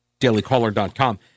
dailycaller.com